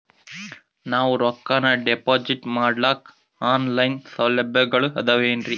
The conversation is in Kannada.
ನಾವು ರೊಕ್ಕನಾ ಡಿಪಾಜಿಟ್ ಮಾಡ್ಲಿಕ್ಕ ಆನ್ ಲೈನ್ ಸೌಲಭ್ಯಗಳು ಆದಾವೇನ್ರಿ?